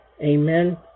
amen